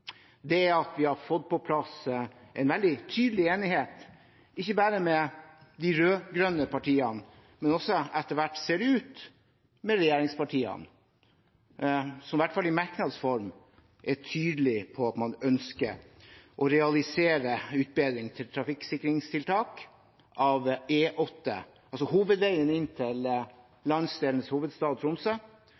er at vi har fått på plass en veldig tydelig enighet, ikke bare med de rød-grønne partiene, men også med regjeringspartiene, ser det ut til etter hvert, som i hvert fall i form av merknader er tydelig på at man ønsker å realisere utbedring av trafikksikringstiltak for E8 – hovedveien inn til landsdelens hovedstad, Tromsø